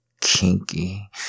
kinky